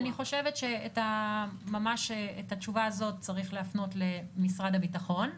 אני חושבת שאת התשובה הזאת צריך להפנות למשרד הביטחון.